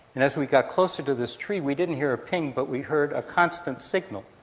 and as we got closer to this tree we didn't hear a ping but we heard a constant signal,